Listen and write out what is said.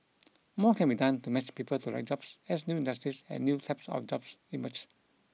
more can be done to match people to the right jobs as new industries and new types of jobs emerge